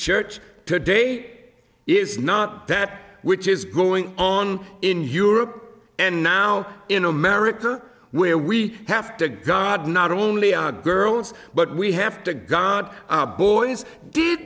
church today is not that which is going on in europe and now in america where we have to guard not only our girls but we have to got our boys did